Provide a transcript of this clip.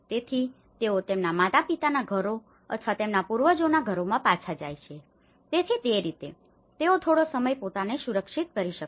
તેથી તેઓ તેમના માતાપિતાના ઘરો અથવા તેમના પૂર્વજોના ઘરોમાં પાછા જાય છે તેથી તે રીતે તેઓ થોડો સમય પોતાને સુરક્ષિત કરી શકશે